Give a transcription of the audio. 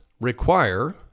require